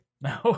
No